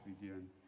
begin